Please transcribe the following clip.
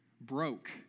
broke